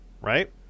right